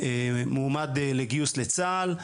מועמד לגיוס לצה"ל,